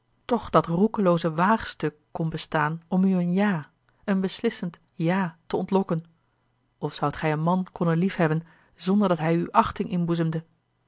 toch dat roekelooze waagstuk kon bestaan om u een ja een beslissend ja te ontlokken of zoudt gij een man konnen liefhebben zonderdat hij u achting